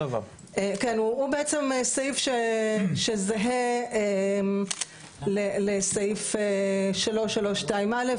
הוא בעצם סעיף שזהה לסעיף 332 א',